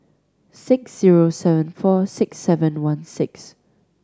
six zero seven four six seven one six